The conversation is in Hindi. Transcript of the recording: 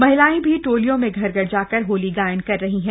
महिलाएं भी टोलियों में घर घर जाकर होली गायन कर रही हैं